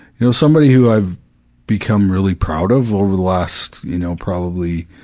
you know, somebody who i've become really proud of over the last, you know, probably